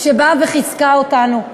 שבאה וחיזקה אותנו.